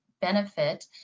benefit